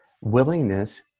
willingness